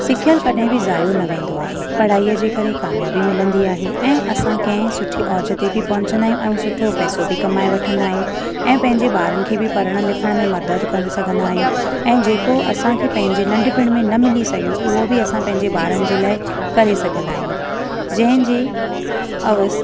सिखियल कॾहिं बि ज़ायो न वेंदो आहे पढ़ाईअ जे करे काम्याबी मिलंदी आहे ऐं असांखे सुठे औज ते बि पहुचंदा आहियूं ऐं सुठो पैसो बि कमाए वठंदा आहियूं ऐं पंहिंजे ॿारनि खे बि पढ़णु लिखण में मदद करे सघंदा आहियूं ऐं जेको असांखे पंहिंजे नंढपिण में न मिली सघियो उहो बि असां पंहिंजे ॿारनि जे लाइ करे सघंदा आहियूं जंहिंजे अवस